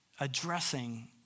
Addressing